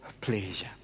pleasure